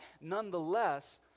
Nonetheless